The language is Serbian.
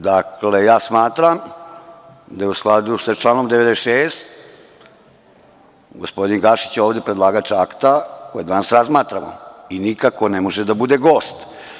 Dakle, smatram da je u skladu sa članom 96. gospodin Gašić ovde predlagač akta koji danas razmatramo i nikako ne može da bude gost.